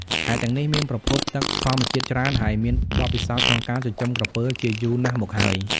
ខេត្តទាំងនេះមានប្រភពទឹកធម្មជាតិច្រើន ហើយមានបទពិសោធន៍ក្នុងការចិញ្ចឹមក្រពើជាយូរណាស់មកហើយ។